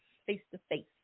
face-to-face